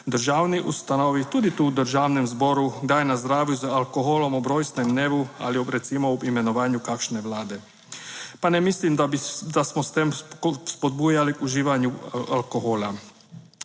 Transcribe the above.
državni ustanovi, tudi tu v Državnem zboru kdaj nazdravil z alkoholom ob rojstnem dnevu ali recimo ob imenovanju kakšne vlade, pa ne mislim, da smo s tem spodbujali k uživanju alkohola.